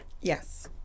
Yes